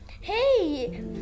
Hey